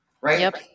Right